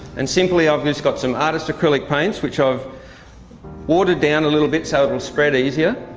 and simply i've just got some artists acrylic paints which i've watered down a little bit so it'll spread easier,